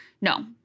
No